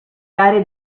gare